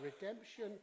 Redemption